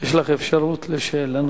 יש לך אפשרות לשאלה נוספת.